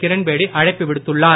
கிரண்பேடி அழைப்பு விடுத்துள்ளார்